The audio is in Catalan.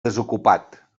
desocupat